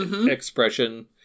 expression